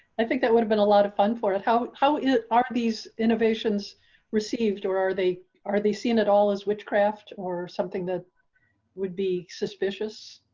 i think that would have been a lot of fun for it. how, how are these innovations received or are they are they seeing it all is witchcraft or something that would be suspicious.